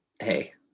hey